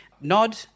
nod